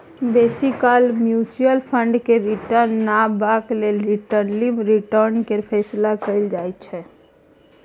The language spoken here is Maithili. बेसी काल म्युचुअल फंड केर रिटर्न नापबाक लेल रिलेटिब रिटर्न केर फैसला कएल जाइ छै